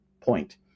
point